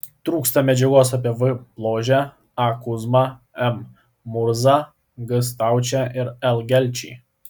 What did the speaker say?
trūksta medžiagos apie v bložę a kuzmą m murzą g staučę ir l gelčį